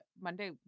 Monday